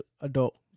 Adult